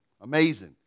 Amazing